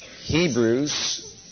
Hebrews